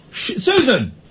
Susan